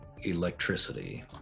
electricity